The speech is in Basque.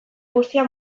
guztia